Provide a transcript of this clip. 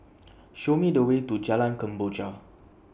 Show Me The Way to Jalan Kemboja